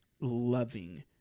loving